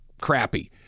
crappy